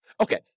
Okay